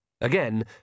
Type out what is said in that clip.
Again